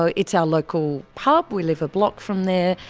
ah it's our local pub, we live a block from there.